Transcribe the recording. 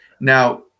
Now